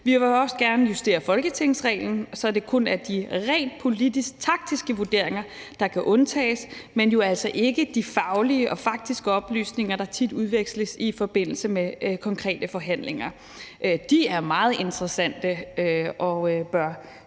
vil vi også gerne justere folketingsreglen, så det kun er de rent politisk taktiske vurderinger, der kan undtages, men altså ikke de faglige og faktiske oplysninger, der tit udveksles i forbindelse med konkrete forhandlinger. De er meget interessante og bør